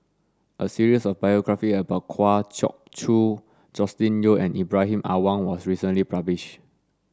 a series of biographies about Kwa Geok Choo Joscelin Yeo and Ibrahim Awang was recently published